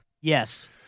Yes